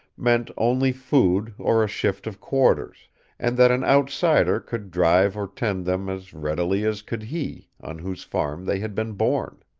meant only food or a shift of quarters and that an outsider could drive or tend them as readily as could he on whose farm they had been born.